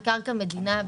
בקרקע מדינה,